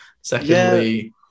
secondly